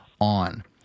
on